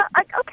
Okay